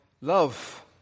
love